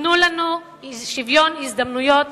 תנו לנו שוויון הזדמנויות.